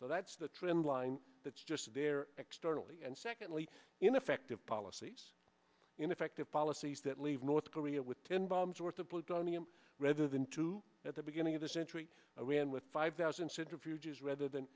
so that's the trend line that's just there externally and secondly ineffective policies ineffective policies that leave north korea with ten bombs worth of plutonium rather than two at the beginning of this century iran with five thousand centrifuges rather than